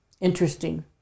interesting